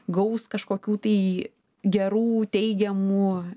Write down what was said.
gaus kažkokių tai gerų teigiamų